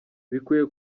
bukwiye